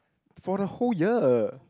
for the whole year